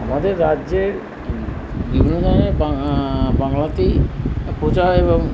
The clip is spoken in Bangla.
আমাদের রাজ্যে বিভিন্ন ধরনের বাংলাতেই প্রচার এবং